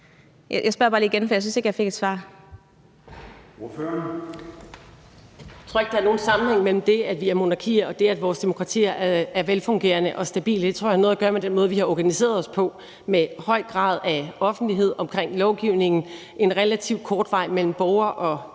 Ordføreren. Kl. 13:52 Trine Pertou Mach (EL): Jeg tror ikke, der er nogen sammenhæng mellem det, at vi er monarkier, og det, at vores demokratier er velfungerende og stabile. Det tror jeg har noget at gøre med den måde, vi har organiseret os på med en høj grad af offentlighed omkring lovgivningen, en relativt kort vej mellem borgerne og